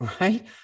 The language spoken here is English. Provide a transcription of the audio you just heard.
right